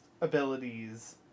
abilities